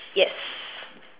yes